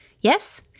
Yes